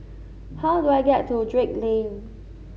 how do I get to Drake Lane